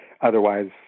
otherwise